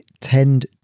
tend